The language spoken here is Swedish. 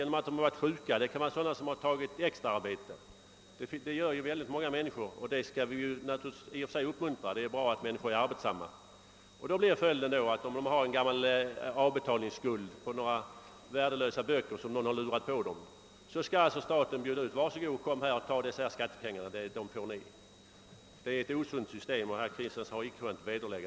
Kanske har de varit sjuka, kanske har de tagit extra arbete; det gör många människor, och det skall vi naturligtvis i och för sig uppmuntra, ty det är bra att människor är arbetsamma. Om de har en gammal avbetalningsskuld för några värdelösa böcker som någon har lurat på dem, blir emellertid följden att staten bjuder ut deras återbäring: »Var så god, kom och ta dessa skattepengar! Dem får ni.» Att det är ett osunt system har herr Kristenson icke kunnat vederlägga.